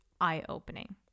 eye-opening